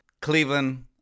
Cleveland